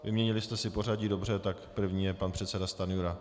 Vyměnili jste si pořadí, dobře, tak první je pan předseda Stanjura.